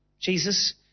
Jesus